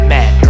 Man